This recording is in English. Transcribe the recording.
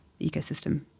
ecosystem